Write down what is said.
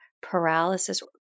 paralysis